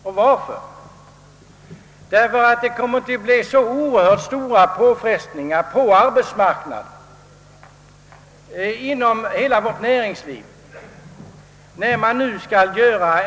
Den kommer nämligen att medföra oerhört stora påfrestningar på arbetsmarknaden inom hela vårt näringsliv.